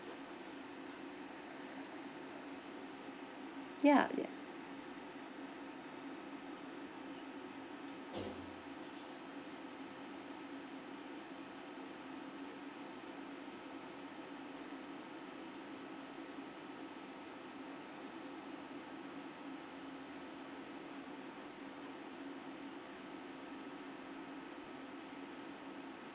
ya ya